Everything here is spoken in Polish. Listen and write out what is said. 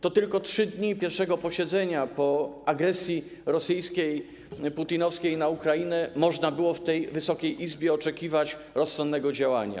Tylko przez 3 dni pierwszego posiedzenia po agresji rosyjskiej, putinowskiej na Ukrainę można było w Wysokiej Izbie oczekiwać rozsądnego działania.